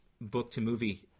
book-to-movie